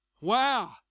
Wow